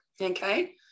Okay